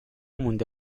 مونده